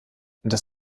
das